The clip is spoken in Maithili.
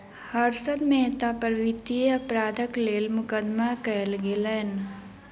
हर्षद मेहता पर वित्तीय अपराधक लेल मुकदमा कयल गेलैन